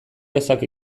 ezak